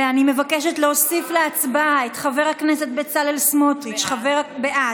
אני מבקשת להוסיף להצבעה את חבר הכנסת בצלאל סמוטריץ' בעד,